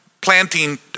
planting